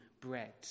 bread